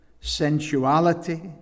sensuality